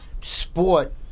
sport